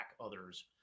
others